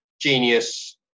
genius